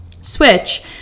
SWITCH